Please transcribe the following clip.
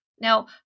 Now